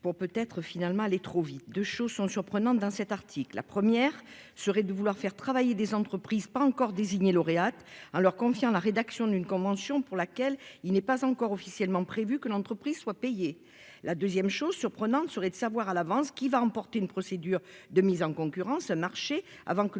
pour peut être finalement les trop vite de choses sont surprenantes dans cet article : la première serait de vouloir faire travailler des entreprises pas encore désignée lauréate en leur confiant la rédaction d'une convention pour laquelle il n'est pas encore officiellement prévu que l'entreprise soit payé la 2ème chose surprenante, serait de savoir à l'avance qui va emporter une procédure de mise en concurrence, marché avant que